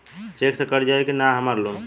Check से कट जाई की ना हमार लोन?